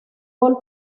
gol